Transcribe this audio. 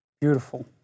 Beautiful